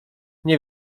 nie